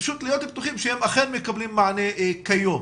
פשוט להיות בטוחים שהם מקבלים מענה כיום.